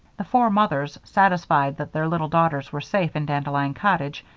the four mothers, satisfied that their little daughters were safe in dandelion cottage,